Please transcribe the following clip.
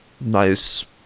nice